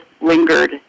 lingered